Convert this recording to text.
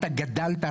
אתה גדלת,